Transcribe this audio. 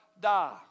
die